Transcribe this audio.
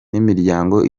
n’imiryango